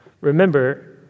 remember